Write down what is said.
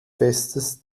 festes